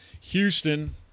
Houston